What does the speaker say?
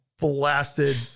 Blasted